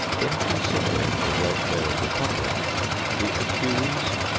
in considering the welfare of the public the accused,